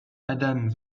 adam